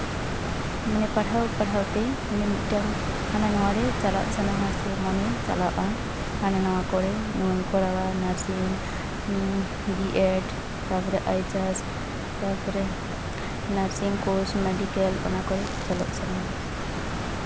ᱢᱟᱱᱮ ᱯᱟᱲᱦᱟᱣ ᱯᱟᱲᱦᱟᱣ ᱛᱮ ᱢᱟᱱᱮ ᱢᱤᱫᱴᱟᱹᱝ ᱦᱟᱱᱟ ᱱᱟᱣᱟ ᱨᱮ ᱪᱟᱞᱟᱜ ᱥᱟᱱᱟᱣᱟ ᱥᱮ ᱢᱚᱱᱮ ᱪᱟᱞᱟᱣᱚᱜᱼᱟ ᱦᱟᱱᱟ ᱱᱟᱣᱟ ᱠᱚᱨᱮ ᱦᱟᱱᱟᱧ ᱠᱚᱨᱟᱣᱟ ᱱᱟᱨᱥᱤᱝᱤᱧ ᱵᱤ ᱮᱰ ᱛᱟᱯᱚᱨᱮ ᱟᱭᱪᱟᱨᱥ ᱛᱟᱨᱯᱚᱨᱮ ᱱᱟᱨᱥᱤᱝ ᱠᱳᱨᱥ ᱢᱮᱰᱤᱠᱮᱞ ᱚᱱᱟ ᱠᱚᱨᱮ ᱪᱟᱞᱟᱜ ᱥᱟᱱᱟᱣᱟ